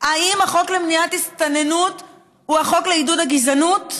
האם החוק למניעת הסתננות הוא החוק לעידוד הגזענות?